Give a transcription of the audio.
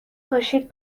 پاشید